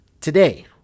today